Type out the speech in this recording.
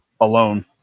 alone